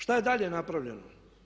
Šta je dalje napravljeno?